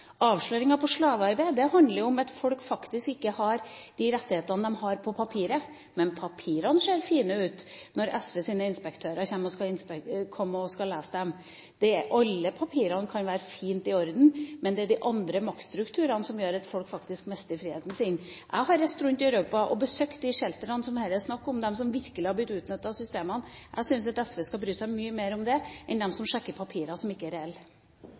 Avsløringer av slavearbeid handler om at folk faktisk ikke har de rettighetene de har på papiret, men papirene ser fine ut når SVs inspektører kommer og skal lese dem. Alle papirene kan være fine og i orden, men det er de andre maktstrukturene som gjør at folk faktisk mister friheten sin. Jeg har reist rundt i Europa og besøkt de som bor i shelterne det her er snakk om, de som virkelig har blitt utnyttet av systemene. Jeg syns at SV skal bry seg mye mer om dem enn om de som sjekker papirene, som ikke er reelle.